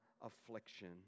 affliction